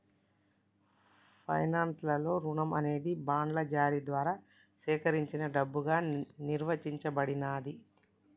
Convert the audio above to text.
finance లలో రుణం అనేది బాండ్ల జారీ ద్వారా సేకరించిన డబ్బుగా నిర్వచించబడినాది